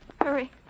Hurry